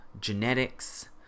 genetics